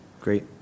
Great